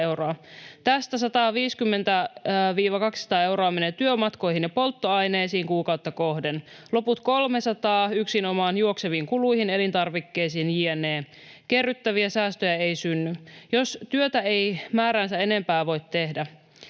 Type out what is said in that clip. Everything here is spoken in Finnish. Tästä 150—200 euroa menee työmatkoihin ja polttoaineisiin kuukautta kohden. Loput 300 yksinomaan juokseviin kuluihin: elintarvikkeisiin jne. Kerryttäviä säästöjä ei synny, jos työtä ei määräänsä enempää voi tehdä.